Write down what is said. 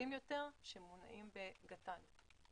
כבדים יותר שמונעים בגפ"מ.